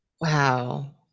wow